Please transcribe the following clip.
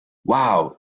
wow